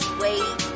wait